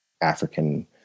African